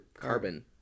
carbon